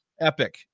epic